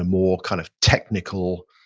ah more kind of technical,